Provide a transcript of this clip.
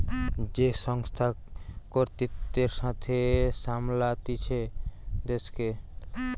যে সংস্থা কর্তৃত্বের সাথে সামলাতিছে দেশকে